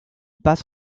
passe